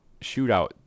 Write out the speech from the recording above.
shootout